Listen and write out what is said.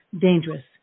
dangerous